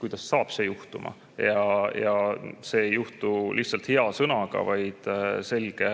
kõik saab juhtuda, ja see ei juhtu lihtsalt hea sõnaga, vaid selge